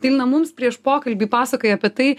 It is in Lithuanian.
tai mums prieš pokalbį pasakojai apie tai